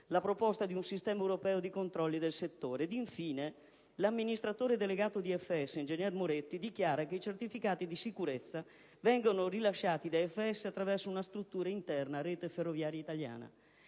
«la proposta di un sistema europeo di controlli del settore». Ed infine l'amministratore delegato di Ferrovie dello Stato, ingegner Moretti, dichiara che i certificati di sicurezza vengono rilasciati da FS attraverso una struttura interna a Rete ferroviaria italiana.